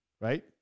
right